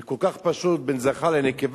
זה כל כך פשוט בין זכר לנקבה,